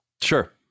Sure